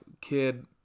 kid